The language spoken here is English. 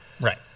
Right